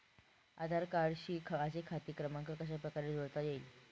आधार कार्डशी माझा खाते क्रमांक कशाप्रकारे जोडता येईल?